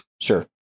Sure